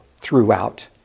throughout